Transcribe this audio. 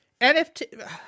NFT